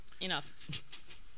enough